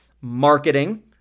marketing